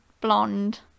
blonde